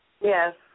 Yes